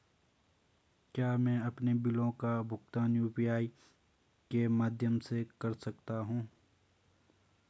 क्या मैं अपने बिलों का भुगतान यू.पी.आई के माध्यम से कर सकता हूँ?